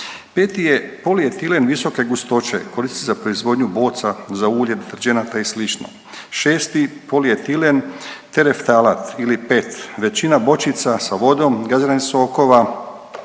Peti je polietilen visoke gustoće koristi se za proizvodnju boca za ulje, deterdženata i slično. Šesti polietilen tereftalat ili PET većina bočica sa vodom, gaziranih sokova